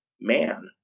man